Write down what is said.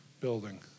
building